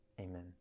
amen